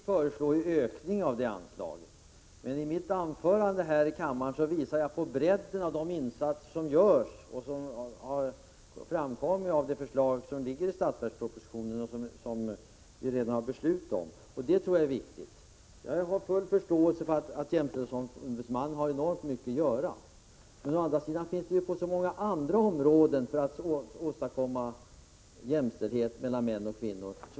Herr talman! Även vi föreslår ökning av detta anslag. Men i mitt anförande här i kammaren visade jag på bredden av de insatser som föreslagits i budgetpropositionen och som vi redan har beslutat om. Jag har full förståelse för att jämställdhetsombudsmannen har enormt mycket att göra. Å andra sidan finns det så många andra områden där vi kan göra insatser för att åstadkomma jämställdhet mellan män och kvinnor.